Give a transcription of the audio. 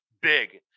big